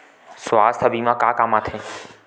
सुवास्थ बीमा का काम आ थे?